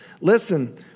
Listen